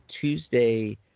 Tuesday